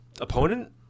opponent